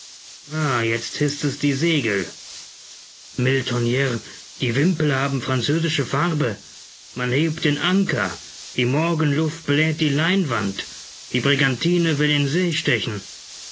jetzt hißt es die segel mille tonnerre die wimpel haben französische farbe man hebt den anker die morgenluft bläht die leinwand die brigantine will in see stechen